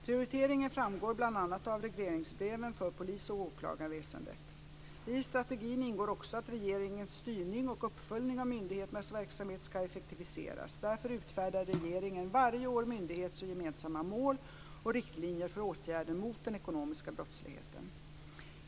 Prioriteringen framgår bl.a. av regleringsbreven för polisoch åklagarväsendet. I strategin ingår också att regeringens styrning och uppföljning av myndigheternas verksamhet ska effektiviseras. Därför utfärdar regeringen varje år myndighetsmål och gemensamma mål och riktlinjer för åtgärder mot den ekonomiska brottsligheten.